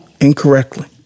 incorrectly